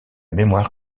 mémoire